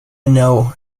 know